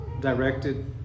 directed